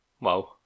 Wow